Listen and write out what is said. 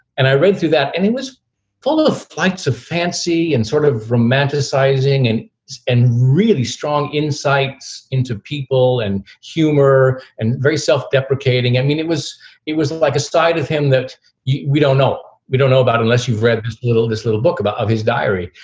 and i read through that and it was full of flights of fancy and sort of romanticizing and and really strong insights into people and humor and very self-deprecating. i mean, it was it was like a side of him that yeah we don't know we don't know about unless you've read this little this little book about his diary.